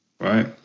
right